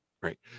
right